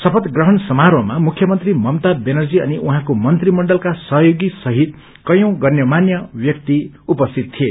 शपय प्रहण समारोहमा मुख्यमन्त्री ममता ब्यानर्जी अनि उहाँको मन्त्रीमण्डलका सहयोगी सहित कयी गण्यमान्य व्यक्ति उपस्थित थिए